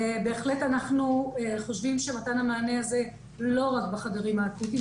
אנחנו בהחלט חושבים שמתן המענה הזה צריך להיות לא רק בחדרים האקוטיים,